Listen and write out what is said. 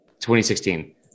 2016